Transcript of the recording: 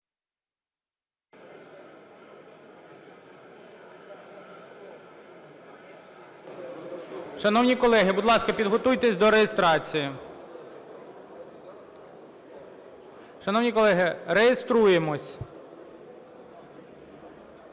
Шановні колеги, будь ласка, підготуйтесь до реєстрації. Шановні колеги, реєструємось.